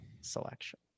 selection